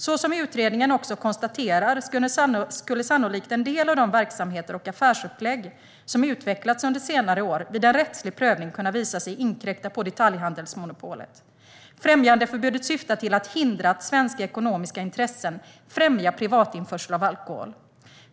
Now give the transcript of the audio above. Som utredningen också konstaterar skulle sannolikt en del av de verksamheter och affärsupplägg som utvecklats under senare år vid en rättslig prövning kunna visa sig inkräkta på detaljhandelsmonopolet. Främjandeförbudet syftar till att hindra att svenska ekonomiska intressen främjar privatinförsel av alkohol.